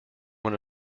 one